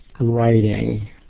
writing